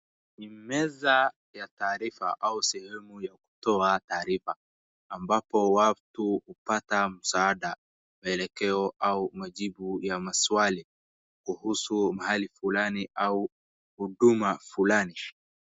Ni meza ya taarifa au sehemu ya kutoa taarifa ambapo watu hupata msaada, maelekeo au majibu ya maswali kuhusu mahali fulani au huduma fulani.